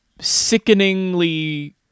sickeningly